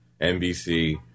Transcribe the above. nbc